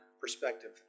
perspective